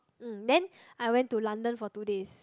mm then I went to London for two days